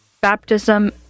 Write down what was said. Baptism